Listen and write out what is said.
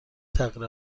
تغییر